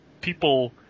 people